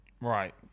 Right